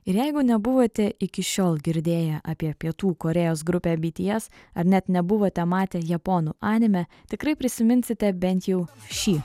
ir jeigu nebuvote iki šiol girdėję apie pietų korėjos grupę bts ar net nebuvote matę japonų anime tikrai prisiminsite bent jau šį